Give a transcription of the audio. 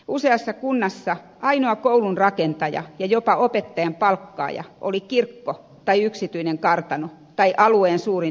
useassa kunnassa ainoa koulun rakentaja ja jopa opettajan palkkaaja oli kirkko tai yksityinen kartano tai alueen suurin työnantaja